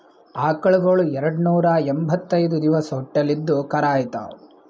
ಆಕಳಗೊಳ್ ಎರಡನೂರಾ ಎಂಭತ್ತೈದ್ ದಿವಸ್ ಹೊಟ್ಟಲ್ ಇದ್ದು ಕರಾ ಈತಾವ್